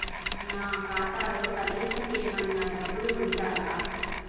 నా ఖాతాలో కనీసం ఏమన్నా డబ్బులు ఉంచాలా?